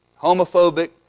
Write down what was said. homophobic